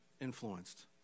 influenced